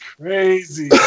crazy